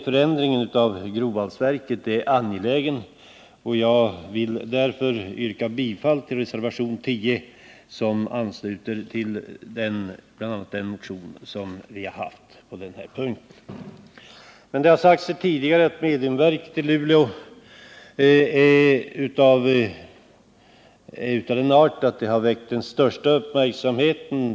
Förändringen av grovvalsverket är angelägen, och jag vill därför yrka bifall till reservationen 10, som ansluter till bl.a. den motion vi väckt i detta avseende. Det har sagts här tidigare att frågan om mediumverk i Luleå är av den arten att den väckt den största uppmärksamheten.